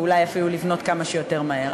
ואולי אפילו לבנות כמה שיותר מהר.